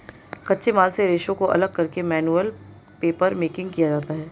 कच्चे माल से रेशों को अलग करके मैनुअल पेपरमेकिंग किया जाता है